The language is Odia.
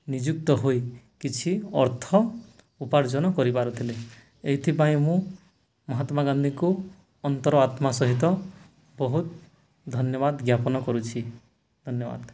ନିଯୁକ୍ତ ହୋଇ କିଛି ଅର୍ଥ ଉପାର୍ଜନ କରିପାରୁ ଥିଲେ ଏଇଥିପାଇଁ ମୁଁ ମହାତ୍ମା ଗାନ୍ଧୀକୁ ଅନ୍ତର ଆତ୍ମା ସହିତ ବହୁତ ଧନ୍ୟବାଦ ଜ୍ଞାପନ କରୁଛି ଧନ୍ୟବାଦ